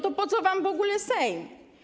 To po co wam w ogóle Sejm?